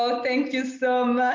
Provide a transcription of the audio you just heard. ah thank you so